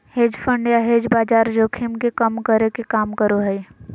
hedge fund या hedge बाजार जोखिम के कम करे के काम करो हय